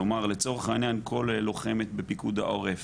כלומר לצורך העניין כל לוחמת בפיקוד העורף